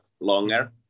longer